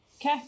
Okay